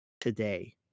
today